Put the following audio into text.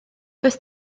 does